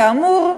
כאמור,